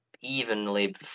evenly